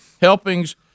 helpings